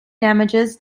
damages